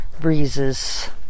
breezes